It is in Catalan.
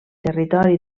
territori